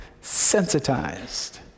sensitized